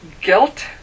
guilt